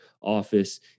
office